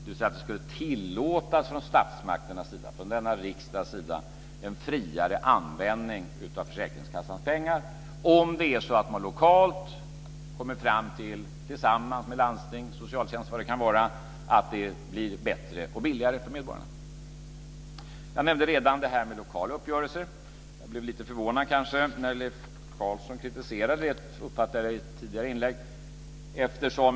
Det sägs att det skulle tillåtas från statsmakternas sida, från denna riksdags sida, en friare användning av försäkringskassans pengar om man lokalt, tillsammans med landsting, socialtjänst eller vad det kan vara, kommer fram till att det blir bättre och billigare för medborgarna. Jag har redan nämnt det här med lokala uppgörelser. Jag blev kanske lite förvånad när Leif Carlson kritiserade detta, som jag uppfattade det, i ett tidigare inlägg.